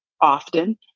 often